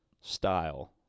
Style